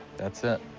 that's it.